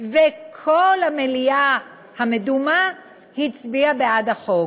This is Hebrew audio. וכל המליאה המדומה הצביעה בעד החוק.